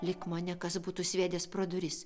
lyg mane kas būtų sviedęs pro duris